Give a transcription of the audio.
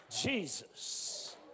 Jesus